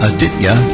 Aditya